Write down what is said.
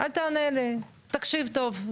אל תענה, תקשיב טוב.